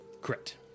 Correct